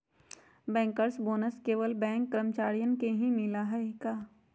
Bankers bonus केवल bank कर्मचारियन के ही मिला हई का?